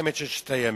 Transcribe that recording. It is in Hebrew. למלחמת ששת הימים.